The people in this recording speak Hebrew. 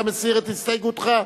אתה מסיר את הסתייגותך?